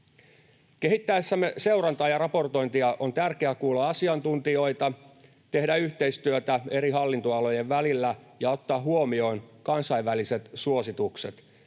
Kehittäessämme seurantaa ja raportointia on tärkeää kuulla asiantuntijoita, tehdä yhteistyötä eri hallintoalojen välillä ja ottaa huomioon kansainväliset suositukset.